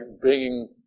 bringing